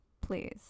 please